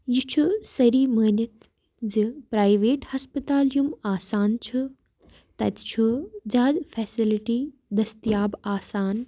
یہِ چھُ سٲری مٲنِتھ زِ پرٛایویٹ ہَسپَتال یِم آسان چھِ تَتہِ چھُ زیادٕ فیسَلٹی دٔستیاب آسان